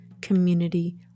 community